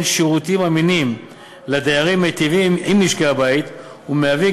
שירותים אמינים לדיירים מיטיבים עם משקי-הבית ומהווים,